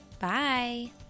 Bye